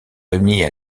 réunies